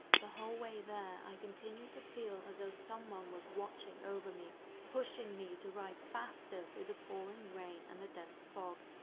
the whole way there, i continued to feel as though someone was watching over me, pushing me to ride faster through the pouring rain and the dense fog.